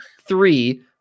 three